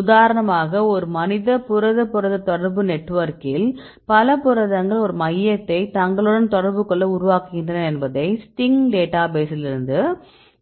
உதாரணமாக ஒரு மனித புரதம் புரத தொடர்பு நெட்வொர்க்கில் பல புரதங்கள் ஒரு மையத்தை தங்களுடன் தொடர்பு கொள்ள உருவாக்குகின்றன என்பதை ஸ்டிங் டேட்டாபேஸிலிருந்து